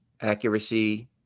accuracy